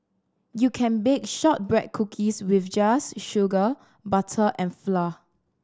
you can bake shortbread cookies with just sugar butter and flour